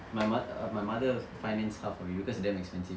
my mother ah my mother finance half of it because it's damn expensive